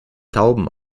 tauben